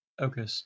Okay